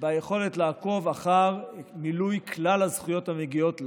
ביכולת לעקוב אחר מילוי כלל הזכויות המגיעות להם.